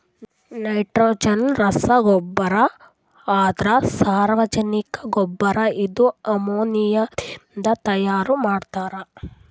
nitrogen ರಸಗೊಬ್ಬರ ಅಂದ್ರ ಸಾರಜನಕ ಗೊಬ್ಬರ ಇದು ಅಮೋನಿಯಾದಿಂದ ತೈಯಾರ ಮಾಡ್ತಾರ್